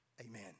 Amen